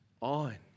on